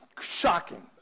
Shocking